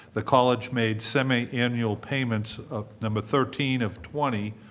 the college made semi annual payments of, number thirteen of twenty,